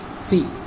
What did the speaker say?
see